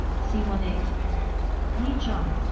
c one eight li jong,